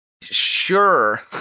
sure